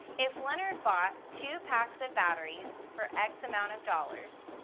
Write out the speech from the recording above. if leonard bought two packs of batteries for x amount of dollars,